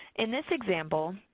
in this example,